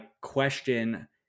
question